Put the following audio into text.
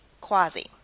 quasi